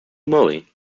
moly